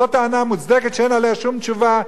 זו טענה מוצדקת, שאין עליה שום תשובה.